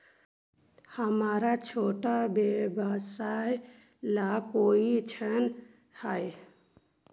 हमर छोटा व्यवसाय ला कोई ऋण हई?